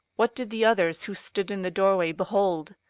what did the others who stood in the doorway, behold?